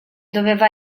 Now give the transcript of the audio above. doveva